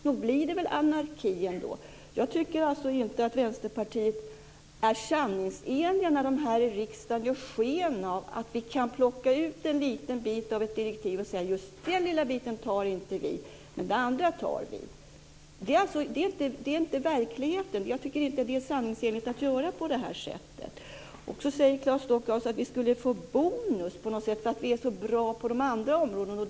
Nog blir det väl anarki då? Jag tycker inte att man i Vänsterpartiet är sanningsenlig när man här i riksdagen ger sken av att Sverige kan plocka ut en liten bit av ett direktiv och säga: Den här lilla biten tar vi inte, men det andra tar vi! Sådan är inte verkligheten, och jag tycker inte att det är sanningsenligt att göra på det här sättet. Claes Stockhaus säger att vi skulle få bonus på något sätt därför att vi är så bra på de andra områdena.